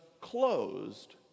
closed